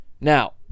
Now